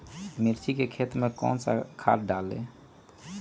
मिर्च की खेती में कौन सा खाद डालें?